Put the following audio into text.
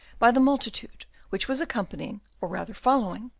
by the multitude, which was accompanying, or rather following,